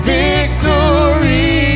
victory